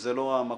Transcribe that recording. זה לא המקום.